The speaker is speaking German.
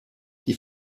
die